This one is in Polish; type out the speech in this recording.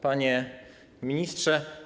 Panie Ministrze!